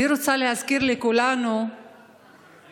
אני רוצה להזכיר לכולנו את